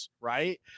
right